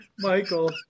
Michael